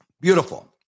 Beautiful